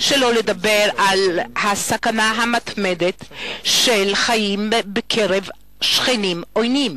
שלא לדבר על הסכנה המתמדת של חיים בקרב שכנים עוינים.